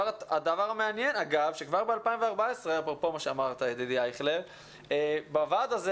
הדבר המעניין הוא שכבר ב-2014 הייתה בוועד הזה